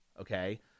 Okay